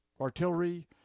artillery